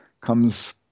comes